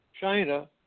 China